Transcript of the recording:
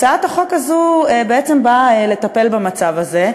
הצעת החוק הזאת בעצם באה לטפל במצב הזה.